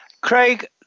Craig